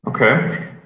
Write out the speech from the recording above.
Okay